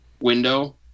window